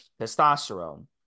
testosterone